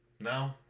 No